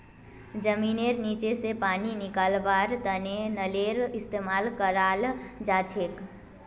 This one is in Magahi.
जमींनेर नीचा स पानी निकलव्वार तने नलेर इस्तेमाल कराल जाछेक